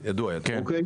אולפן,